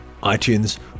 iTunes